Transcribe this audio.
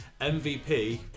MVP